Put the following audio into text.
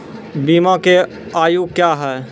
बीमा के आयु क्या हैं?